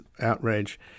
outrage